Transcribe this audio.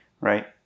right